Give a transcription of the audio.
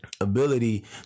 Ability